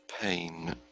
pain